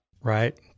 Right